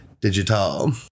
digital